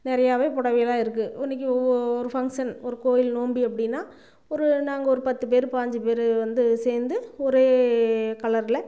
நிறையவே புடவையெல்லாம் இருக்குது இன்னைக்கு ஒவ்வொ ஒரு ஃபங்க்ஷன் ஒரு கோயில் நோன்பி அப்படின்னா ஒரு நாங்கள் ஒரு பத்து பேர் பதினஞ்சு பேர் வந்து சேர்ந்து ஒரே கலர்ல